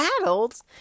adults